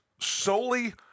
solely